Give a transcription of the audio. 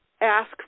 ask